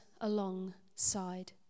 alongside